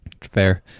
Fair